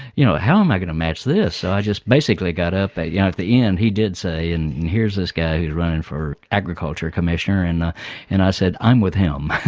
you know, how am i going to match this? so i just basically got up, you know, at the end, he did say, and here's this guy who's running for agriculture commissioner and and i said, i'm with him.